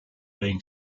being